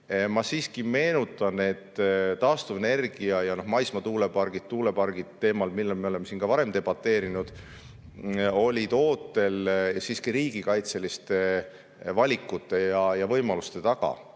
Ma siiski meenutan, et taastuvenergia ja maismaa tuulepargid – tuulepargiteemal me oleme siin ka varem debateerinud – olid ootel siiski riigikaitseliste valikute ja võimaluste taga.